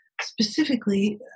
specifically